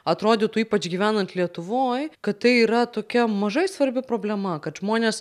atrodytų ypač gyvenant lietuvoj kad tai yra tokia mažai svarbi problema kad žmonės